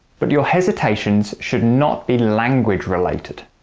but your hesitations should not be language-related.